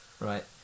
Right